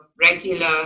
regular